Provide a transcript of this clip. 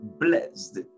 blessed